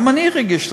גם אני רגיש לזה.